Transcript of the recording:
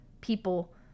people